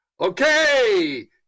Okay